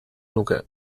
nuke